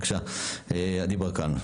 עדי ברקן,